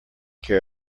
care